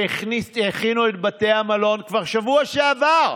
שהכינו את בתי המלון כבר בשבוע שעבר,